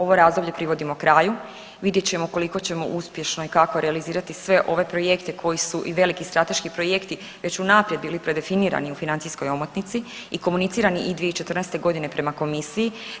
Ovo razdoblje privodimo kraju, vidjet ćemo koliko ćemo uspješno i kako realizirati sve ove projekte koji su i veliki strateški projekti već unaprijed bili predefinirani u financijskoj omotnici i komunicirani i 2014. godine prema Komisiji.